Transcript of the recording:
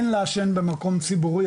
אין לעשן במקום ציבורי,